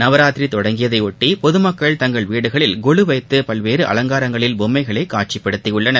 நவராத்திரி தொடங்கியதைபொட்டி பொது மக்கள் தங்கள் வீடுகளில் கொலு வைத்து பல்வேறு அலங்காரங்களில் பொம்மைகளை காட்சிப்படுத்தியுள்ளனர்